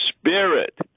Spirit